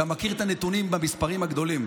אתה מכיר את הנתונים במספרים הגדולים,